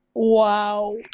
wow